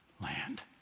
land